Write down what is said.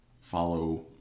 follow